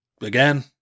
again